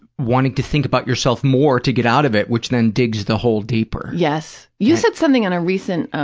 wanting to think about yourself more to get out of it, which then digs the hole deeper. yes. you said something on a recent,